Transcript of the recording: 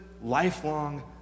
lifelong